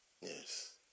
yes